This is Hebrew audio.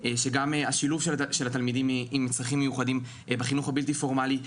בשילוב של התלמידים עם צרכים מיוחדים בחינוך הבלתי פורמלי.